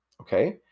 okay